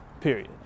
period